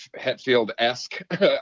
Hetfield-esque